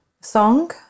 song